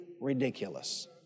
ridiculous